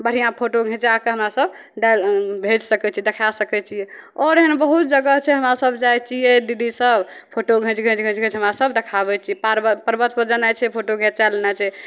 बढ़िआँ फोटो घिचैके हमरासभ डालि भेजि सकै छिए देखै सकै छिए आओर एहन बहुत जगह छै हमरासभ जाइ छिए दीदीसभ फोटो घिचि घिचि घिचि घिचि हमरासभ देखाबै छिए पारबत पर्वतपर जेनाइ छै फोटो घिचै लेनाए छै